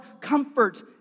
comfort